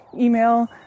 email